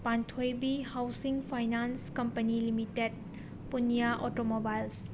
Panthoibi housing finance company limited Puniya auto mobiles